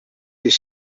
does